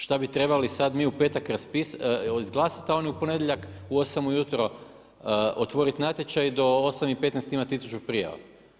Šta bi trebali sada mi u petak izglasati a oni u ponedjeljak u 8 ujutro otvoriti natječaj i do 8,15 imati tisuću prijava.